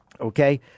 Okay